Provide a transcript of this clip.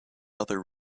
other